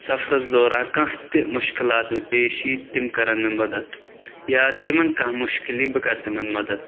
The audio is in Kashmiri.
سفرَس دوران کانٛہہ تہِ مُشکِلات مےٚ پیش یی تِم کَرَن مےٚ مَدتھ یا تِمَن کانٛہہ مُشکِل یی بہٕ کَرٕ تِمَن مَدتھ